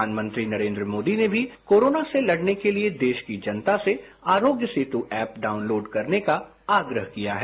प्रधानमंत्री नरेन्द्र मोदी ने भी कोरोना से लड़ने के लिए देश की जनता से आरोग्य सेतु ऐप डाउनलोड करने का आग्रह किया है